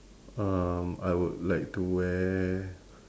um I would like to wear